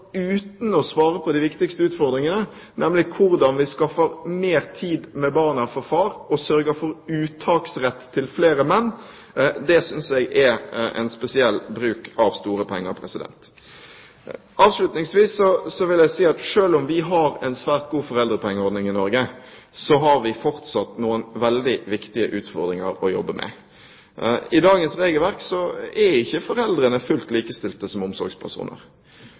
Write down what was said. uten å svare på de viktigste utfordringene, nemlig hvordan vi skaffer mer tid med barna for far, og sørger for uttaksrett til flere menn, synes jeg det er en spesiell bruk av store penger. Avslutningsvis vil jeg si at selv om vi har en svært god foreldrepengeordning i Norge, har vi fortsatt noen veldig viktige utfordringer å jobbe med. I dagens regelverk er ikke foreldrene fullt likestilte som omsorgspersoner.